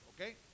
okay